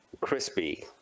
Crispy